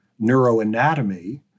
neuroanatomy